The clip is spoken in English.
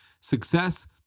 success